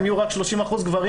אם יהיו רק 30% גברים,